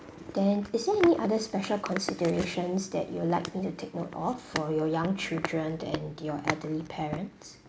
then is there any other special considerations that you'll like me to take note of for your young children and your elderly parents